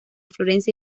florencia